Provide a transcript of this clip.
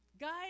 Guys